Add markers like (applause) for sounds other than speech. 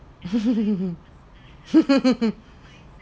(laughs)